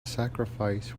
sacrifice